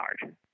hard